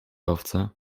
owce